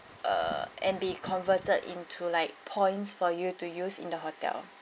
uh and be converted into like points for you to use in the hotel